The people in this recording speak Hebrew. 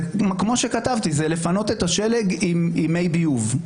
כמו שכתבתי, זה לפנות את השלג עם מי ביוב.